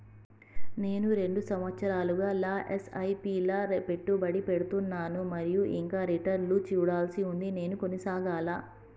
నేను రెండు సంవత్సరాలుగా ల ఎస్.ఐ.పి లా పెట్టుబడి పెడుతున్నాను మరియు ఇంకా రిటర్న్ లు చూడాల్సి ఉంది నేను కొనసాగాలా?